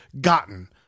gotten